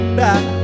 back